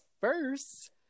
first